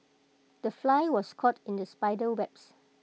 the fly was caught in the spider webs